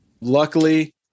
luckily